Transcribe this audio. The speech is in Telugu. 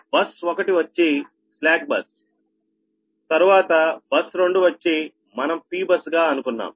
బస్ 1 వచ్చి స్లాక్ బస్ తరువాత బస్ 2 వచ్చి మనం Pబస్ గా అనుకున్నాం